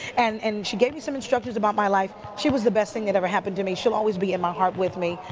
and and she gave me some instructions about my life. she was the best thing that ever happened to me. she'll always be in my heart with me.